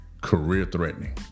career-threatening